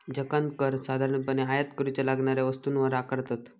जकांत कर साधारणपणे आयात करूच्या लागणाऱ्या वस्तूंवर आकारतत